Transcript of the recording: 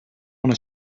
una